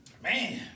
man